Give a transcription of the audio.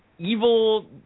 evil